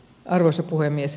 arvoisa puhemies